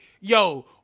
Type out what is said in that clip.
yo